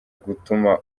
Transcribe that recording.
gutuma